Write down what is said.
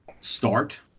start